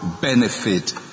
benefit